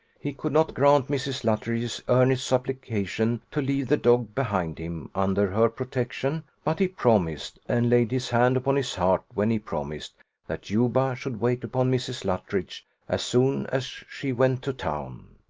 he could not grant mrs. luttridge's earnest supplication to leave the dog behind him under her protection but he promised and laid his hand upon his heart when he promised that juba should wait upon mrs. luttridge as soon as she went to town.